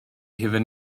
hufen